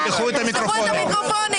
תפתחו את המיקרופונים.